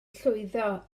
llwyddo